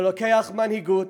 זה דורש מנהיגות,